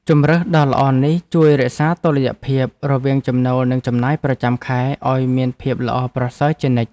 ជម្រើសដ៏ល្អនេះជួយរក្សាតុល្យភាពរវាងចំណូលនិងចំណាយប្រចាំខែឱ្យមានភាពល្អប្រសើរជានិច្ច។